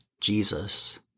Jesus